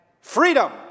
freedom